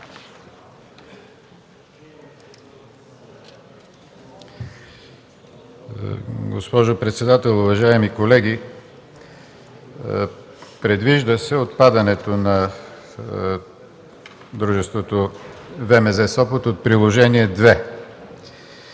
Госпожо председател, уважаеми колеги! Предвижда се отпадането на дружеството ВМЗ – Сопот от Приложение №